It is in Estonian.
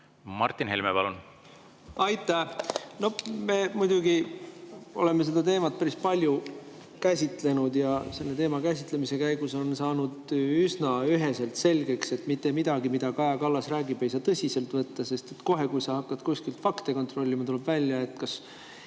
Martin Helme, palun! Aitäh! Me oleme seda teemat muidugi päris palju käsitlenud ja selle teema käsitlemise käigus on saanud üsna üheselt selgeks, et mitte midagi, mida Kaja Kallas räägib, ei saa tõsiselt võtta, sest kohe, kui hakata kuskilt fakte kontrollima, tuleb välja, et kas